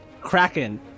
Kraken